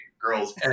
girl's